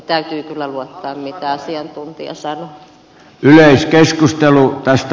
täytyy kyllä luottaa siihen mitä asiantuntija sanoo